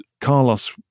Carlos